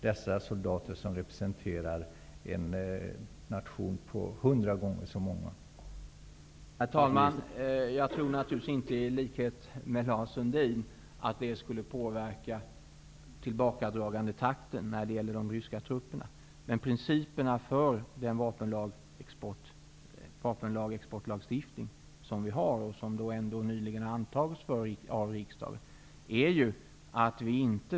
De ryska soldaterna representerar en nation med 100 gånger så många invånare.